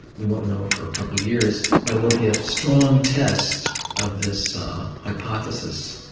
we won't know for a couple of years. but it will be a strong test of this hypothesis.